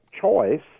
Choice